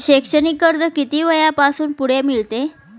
शैक्षणिक कर्ज किती वयापासून पुढे मिळते?